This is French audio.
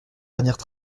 dernières